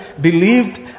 believed